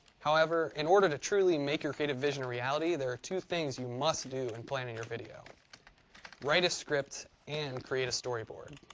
however, in order to truly make your creative vision a reality, there are two things you must do in planning your video write a script and create a storyboard.